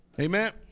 Amen